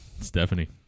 Stephanie